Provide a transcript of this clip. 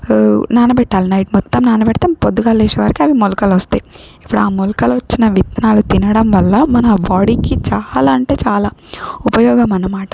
నానబెట్టాలి నైట్ మొత్తం నానబెడితే పొద్దుగాల లేచేవరకవి మొలకలు వస్తాయి ఇప్పుడా మొలకలు వచ్చిన విత్తనాలు తినడం వల్ల మన బాడీకి చాలా అంటే చాలా ఉపయోగం అనమాట